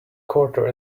quarter